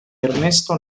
ernesto